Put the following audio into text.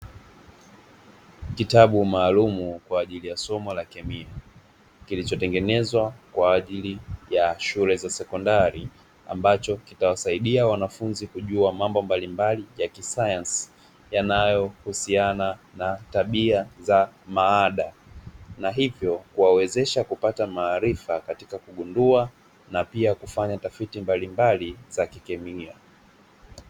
Kitabu maalumu kwa ajili ya somo la kemia kilichotengenezwa kwa ajili ya shule za sekondari, ambacho kitawasaidia wanafunzi kujua mambo mbali mbali ya kisayansi, yanayohusiana na tabia za maada na hivyo kuwawezesha kupata maarifa katika kugundua napia kufanya tafiti mbali mbali za kikemia.